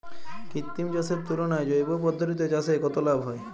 কৃত্রিম চাষের তুলনায় জৈব পদ্ধতিতে চাষে কত লাভ হয়?